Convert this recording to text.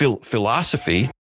philosophy